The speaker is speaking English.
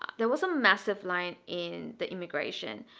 there was a massive line in the immigration,